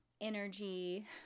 energy